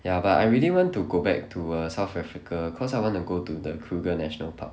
ya but I really want to go back to err south africa cause I wanna go to the kruger national park